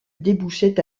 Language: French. débouchait